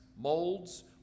molds